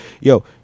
yo